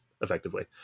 effectively